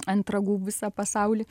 ant ragų visą pasaulį